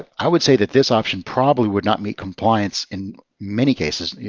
i would say that this option probably would not meet compliance in many cases.